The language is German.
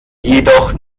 jedoch